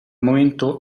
momento